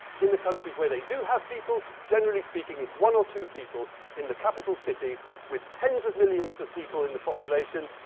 in the countries where they do have people, generally speaking it's one or two people in the capitol city with tens of millions of people in the population,